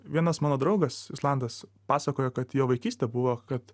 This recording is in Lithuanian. vienas mano draugas islandas pasakoja kad jo vaikystė buvo kad